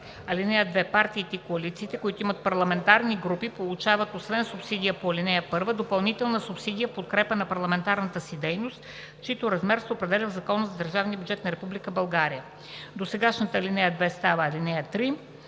ал. 2: „(2) Партиите и коалициите, които имат парламентарни групи, получават освен субсидията по ал. 1 допълнителна субсидия в подкрепа на парламентарната си дейност, чийто размер се определя в Закона за държавния бюджет на Република България.“ Б. досегашната ал. 2 става ал. 3.